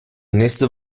nächste